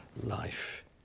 life